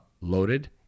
loaded